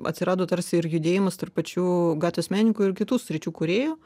atsirado tarsi ir judėjimas tarp pačių gatvės menininkų ir kitų sričių kūrėjų